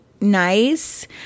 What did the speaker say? nice